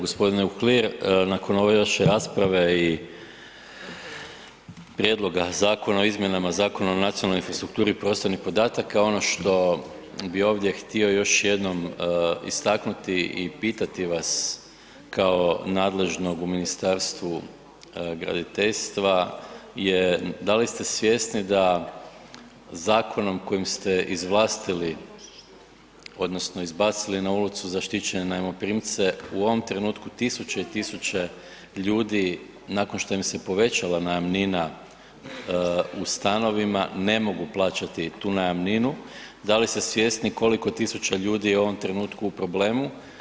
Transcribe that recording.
G. Uhlir nakon ove vaše rasprave i Prijedloga zakona o izmjenama Zakona o nacionalnoj infrastrukturi prostornih podataka, ono što bi ovdje htio još jednom istaknuti i pitati vas kao nadležnog u Ministarstvu graditeljstva je da li ste svjesni da zakonom kojim ste izvlastili odnosno izbacili na ulicu zaštićene najmoprimce, u ovom trenutku tisuće i tisuće ljudi nakon što im se povećala najamnina u stanovima, ne mogu plaćati tu najamninu, da li ste svjesni koliko tisuća ljudi je u ovom trenutku u problemu?